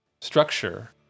structure